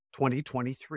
2023